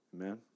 Amen